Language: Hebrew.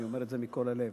ואני אומר את זה מכל הלב.